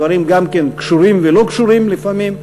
דברים גם כן קשורים ולא קשורים לפעמים,